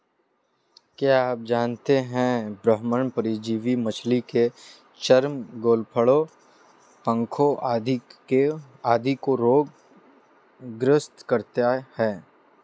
क्या आप जानते है बाह्य परजीवी मछली के चर्म, गलफड़ों, पंखों आदि को रोग ग्रस्त करते हैं?